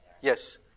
Yes